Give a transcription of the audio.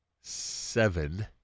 seven